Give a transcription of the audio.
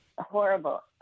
horrible